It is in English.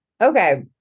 Okay